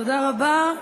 תודה רבה.